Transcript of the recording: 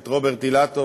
את רוברט אילטוב,